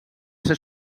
ser